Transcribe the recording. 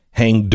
hang